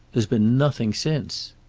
there's been nothing since.